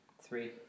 three